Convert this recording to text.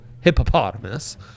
hippopotamus